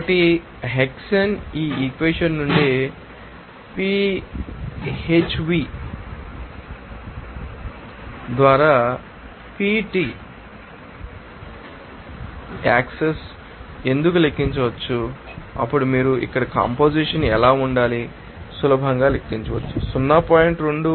కాబట్టి హెక్సేన్ ఈ ఈక్వెషన్ నుండి PHv ద్వారా PT యాక్సెస్ ఎందుకు లెక్కించవచ్చో అప్పుడు మీరు ఇక్కడ కంపొజిషన్ ఎలా ఉండాలో సులభంగా లెక్కించవచ్చు 0